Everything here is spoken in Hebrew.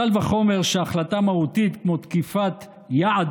קל וחומר שהחלטה מהותית כמו תקיפת יעד